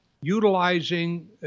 utilizing